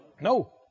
No